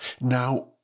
Now